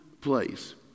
place